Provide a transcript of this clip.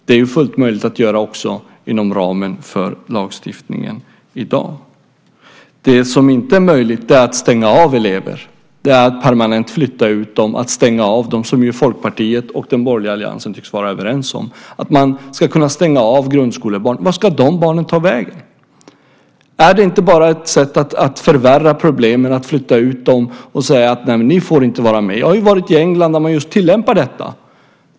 Det är fullt möjligt att göra inom ramen för lagstiftningen också i dag. Det som inte är möjligt är att stänga av elever och permanent flytta ut dem. Folkpartiet och den borgerliga alliansen tycks vara överens om att man ska kunna stänga av grundskolebarn. Vart ska de barnen ta vägen? Är det inte bara ett sätt att förvärra problemen att man flyttar ut dem och säger: Ni får inte vara med. Jag har varit i England, där man tillämpar detta.